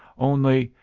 only,